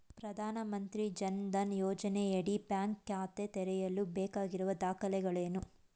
ಪ್ರಧಾನಮಂತ್ರಿ ಜನ್ ಧನ್ ಯೋಜನೆಯಡಿ ಬ್ಯಾಂಕ್ ಖಾತೆ ತೆರೆಯಲು ಬೇಕಾಗಿರುವ ದಾಖಲೆಗಳೇನು?